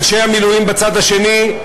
אנשי המילואים בצד השני,